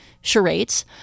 charades